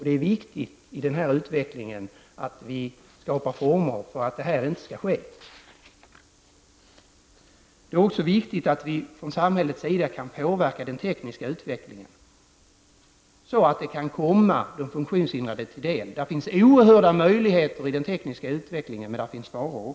Det är viktigt att vi i samband med denna utveckling ser till att detta inte sker. Det är också viktigt att vi från samhällets sida kan påverka den tekniska utvecklingen så att den kan komma de funktionshindrade till del. Det finns oerhörda möjligheter i den tekniska utvecklingen, men där finns också faror.